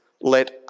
let